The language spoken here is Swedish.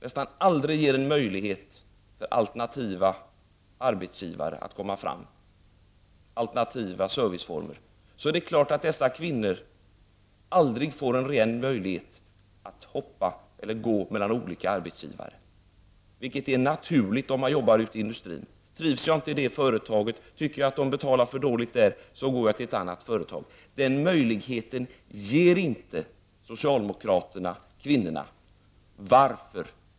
När man nästan aldrig ger möjlighet för alternativa arbetsgivare och för alternativa serviceformer att komma fram kommer dessa kvinnor aldrig att få en möjlighet att välja mellan olika arbetsgivare, något som är naturligt inom industrin. Trivs jag inte i ett företag och tycker att det betalar för litet, går jag till ett annat företag. Den möjligheten ger inte socialdemokraterna kvinnorna.